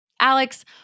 Alex